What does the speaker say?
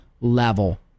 level